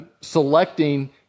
selecting